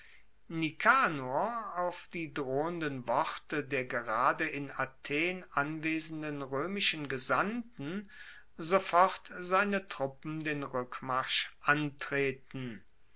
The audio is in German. nikanor auf die drohenden worte der gerade in athen anwesenden roemischen gesandten sofort seine truppen den rueckmarsch antreten